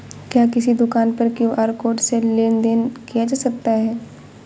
क्या किसी दुकान पर क्यू.आर कोड से लेन देन देन किया जा सकता है?